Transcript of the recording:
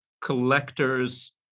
collectors